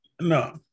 no